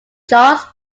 joss